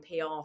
PR